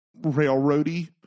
railroady